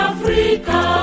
Africa